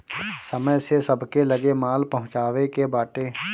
समय से सबके लगे माल पहुँचावे के बाटे